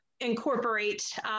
incorporate